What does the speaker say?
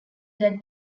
that